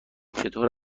چطور